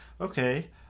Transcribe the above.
okay